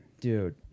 Dude